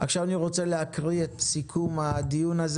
אני מקריא את סיכום הדיון.